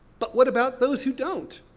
but what about those who don't?